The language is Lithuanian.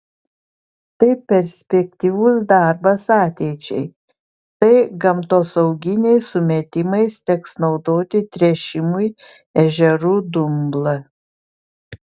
tai perspektyvus darbas ateičiai kai gamtosauginiais sumetimais teks naudoti tręšimui ežerų dumblą